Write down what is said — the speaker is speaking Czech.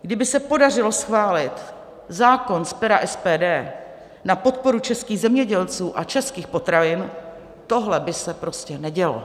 Kdyby se podařilo schválit zákon z pera SPD na podporu českých zemědělců a českých potravin, tohle by se prostě nedělo.